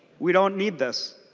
we don't need this.